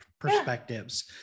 perspectives